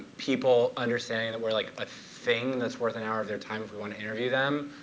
people understanding that we're like a thing that's worth an hour of their time if we want to interview them.